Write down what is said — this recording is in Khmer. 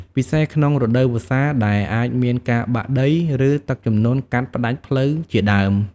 ពិសេសក្នុងរដូវវស្សាដែលអាចមានការបាក់ដី ឬទឹកជំនន់កាត់ផ្ដាច់ផ្លូវជាដើម។